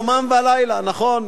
והגית בו יומם ולילה, נכון.